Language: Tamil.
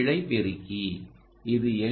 பிழை பெருக்கி இது எல்